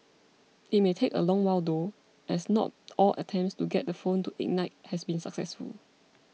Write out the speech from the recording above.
it may take a long while though as not all attempts to get the phone to ignite has been successful